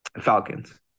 Falcons